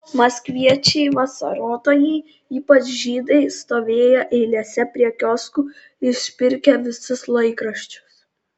maskviečiai vasarotojai ypač žydai stovėję eilėse prie kioskų išpirkę visus laikraščius